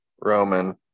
Roman